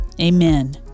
amen